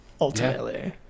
Ultimately